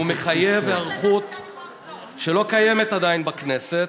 והוא מחייב היערכות שלא קיימת עדיין בכנסת,